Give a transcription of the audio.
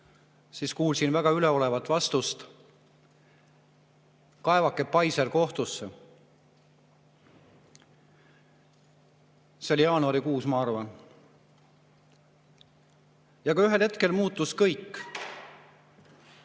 Ma kuulsin väga üleolevat vastust: "Kaevake Pfizer kohtusse." See oli jaanuarikuus, ma arvan. Aga ühel hetkel muutus kõik.